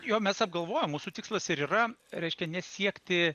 jo mes apgalvojom mūsų tikslas ir yra reiškia nesiekti